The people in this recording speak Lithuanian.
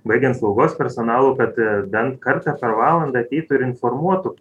baigiant slaugos personalu kad bent kartą per valandą ateitų ir informuotų